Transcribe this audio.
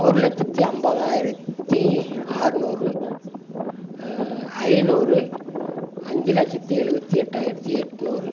ஒரு லட்சத்தி ஐம்பதாயிரத்தி ஆற்நூறு ஐநூறு அஞ்சு லட்சத்தி எழுபத்தி எட்டாயிரத்தி எட்நூறு